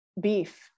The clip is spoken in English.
beef